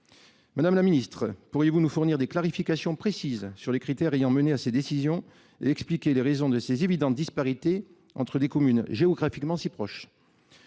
Madame la secrétaire d’État, pourriez-vous nous fournir des clarifications sur les critères ayant mené à ces décisions et nous expliquer les raisons de ces évidentes disparités entre des communes géographiquement si proches ?